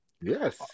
Yes